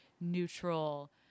neutral